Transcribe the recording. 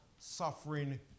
Suffering